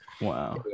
Wow